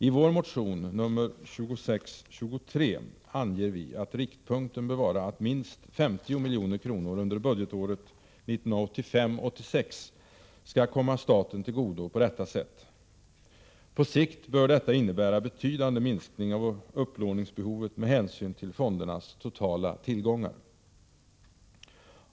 I vår motion nr 2623 anger vi att riktpunkten bör vara att minst 50 milj.kr. under budgetåret 1985/86 skall komma staten till godo på detta sätt. På sikt bör detta innebära betydande minskning av upplåningsbehovet med hänsyn till fondernas totala tillgångar.